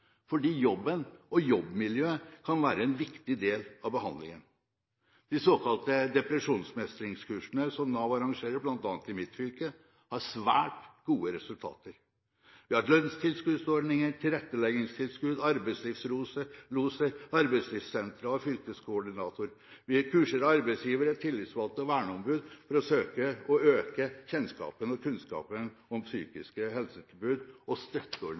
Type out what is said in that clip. fordi jobben og jobbmiljøet kan være en viktig del av behandlingen. De såkalte depresjonsmestringskursene som Nav arrangerer, bl.a. i mitt fylke, har svært gode resultater. Vi har lønnstilskuddsordninger, tilretteleggingstilskudd, arbeidslivsloser, arbeidslivssenter og fylkeskoordinatorer, og vi kurser arbeidsgivere, tillitsvalgte og verneombud for å søke å øke kjennskapen til og kunnskapen om psykiske helsetilbud og